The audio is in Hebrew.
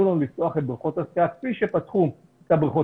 לנו לפתוח את בריכות השחייה כפי שפתחו את הבריכות